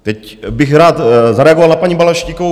Teď bych rád zareagoval na paní Balaštíkovou.